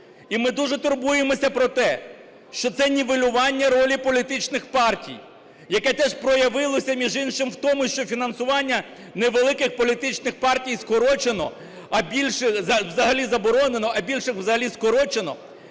І ми дуже турбуємося про те, що це нівелювання ролі політичних партій, яке теж проявилося, між іншим, в тому, що фінансування невеликих політичних партій скорочено, а більших… взагалі заборонено, а більших взагалі скорочено,